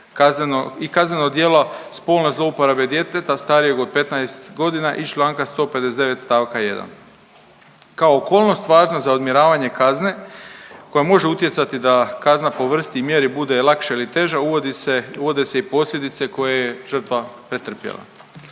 i kazneno djelo spolne zlouporabe djeteta starijeg od 15 godina iz Članka 159. stavka 1. Kao okolnost važna za odmjeravanje kazne koja može utjecati da kazna po vrsti i mjeri bude lakša ili teža uvodi se, uvode se posljedice koje je žrtva pretrpjela.